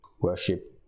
Worship